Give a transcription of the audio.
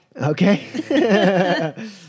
Okay